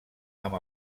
amb